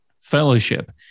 fellowship